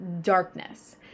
darkness